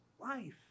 life